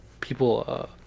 people